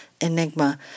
Enigma